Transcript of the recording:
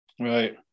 right